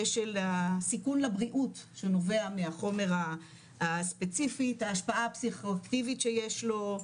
של הסיכון לבריאות שנובע מהחומר הספציפית ההשפעה הפסיכואקטיבית שיש לו,